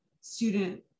student